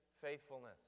faithfulness